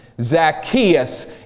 Zacchaeus